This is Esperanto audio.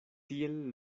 tiel